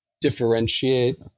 differentiate